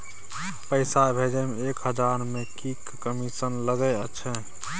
पैसा भैजे मे एक हजार मे की कमिसन लगे अएछ?